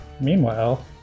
Meanwhile